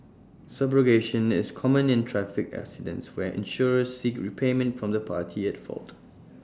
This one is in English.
subrogation is common in traffic accidents where insurers seek repayment from the party at fault